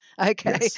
Okay